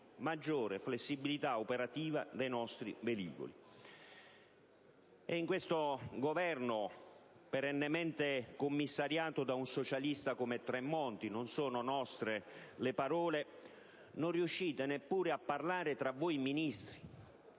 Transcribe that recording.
«maggiore flessibilità operativa dei nostri velivoli». In questo Governo perennemente commissariato da un socialista come Tremonti - e non sono nostre tali parole - non riuscite neppure a parlare tra voi Ministri: